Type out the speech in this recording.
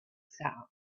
sound